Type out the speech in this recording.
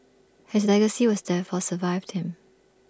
his legacy was therefore survived him